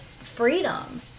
freedom